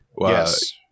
Yes